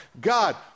God